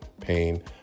pain